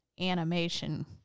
animation